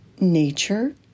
nature